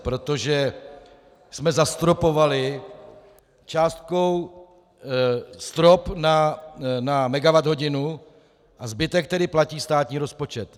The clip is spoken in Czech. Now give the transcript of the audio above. Protože jsme zastropovali částkou strop na megawatthodinu a zbytek tedy platí státní rozpočet.